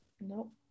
No